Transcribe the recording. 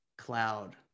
cloud